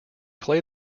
play